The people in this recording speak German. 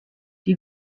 die